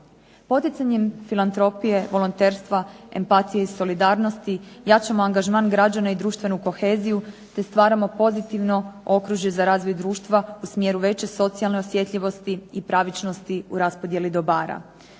Poticanjem filantropije, volonterstva, empatije i solidarnosti jačamo angažman građana i društvenu koheziju te stvaramo pozitivno okružje za razvoj društva u smjeru veće socijalne osjetljivosti i pravičnosti u raspodjeli dobara.